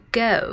go